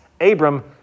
Abram